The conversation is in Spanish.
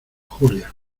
julia